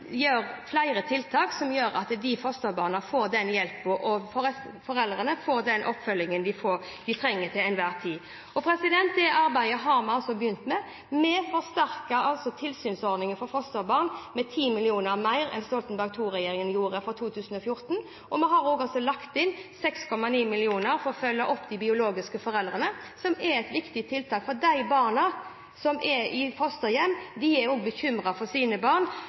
flere tiltak slik at fosterbarna får den hjelpen de trenger, og slik at fosterforeldrene får den oppfølgingen de trenger til enhver tid. Det arbeidet har vi begynt med: Vi forsterker tilsynsordningen for fosterbarn med 10 mill. kr mer enn Stoltenberg II-regjeringen gjorde for 2014. Vi har også lagt inn 6,9 mill. kr for å følge opp de biologiske foreldrene, som er et viktig tiltak, for de barna som er i fosterhjem, er også bekymret for sine